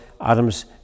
Adam's